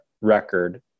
record